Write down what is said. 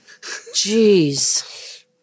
Jeez